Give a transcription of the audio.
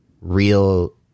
real